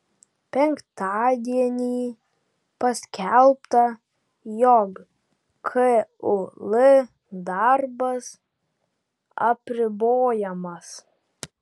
penktadienį paskelbta jog kul darbas apribojamas